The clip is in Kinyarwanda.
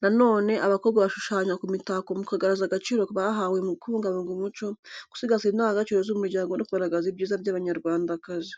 Na none, abakobwa bashushanywa ku mitako mu kugaragaza agaciro bahawe mu kubungabunga umuco, gusigasira indangagaciro z’umuryango no kugaragaza ibyiza by’Abanyarwandakazi.